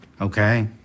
Okay